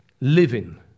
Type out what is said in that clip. living